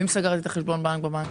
ואם סגרתי את החשבון באותו בנק?